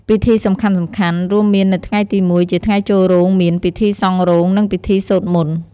ពិធីសំខាន់ៗរួមមាន នៅថ្ងៃទី១ ជាថ្ងៃចូលរោងមាន ពិធីសង់រោង និងពិធីសូត្រមន្ត។